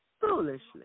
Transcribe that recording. foolishly